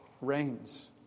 reigns